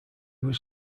was